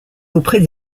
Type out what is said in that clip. auprès